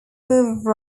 move